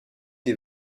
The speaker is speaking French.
des